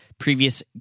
previous